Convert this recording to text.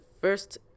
first